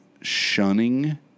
shunning